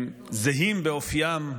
הם זהים באופיים,